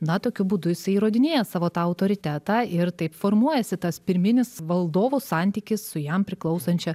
na tokiu būdu jisai įrodinėja savo autoritetą ir taip formuojasi tas pirminis valdovo santykis su jam priklausančia